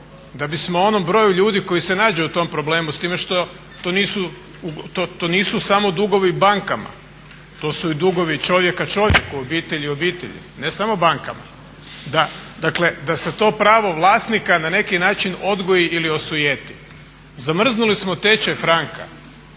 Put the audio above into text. da bismo onom broju ljudi koji se nađu u tom problemu, s time što to nisu samo dugovi bankama, to su i dugovi čovjeka čovjeku, obitelji obiteljima, ne samo bankama. Dakle, da se to pravo vlasnika na neki način odgodi ili osujeti. Zamrznuli smo tečaj franka,